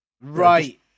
Right